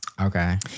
Okay